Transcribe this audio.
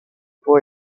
pour